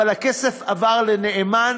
אבל הכסף עבר לנאמן.